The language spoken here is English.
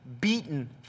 beaten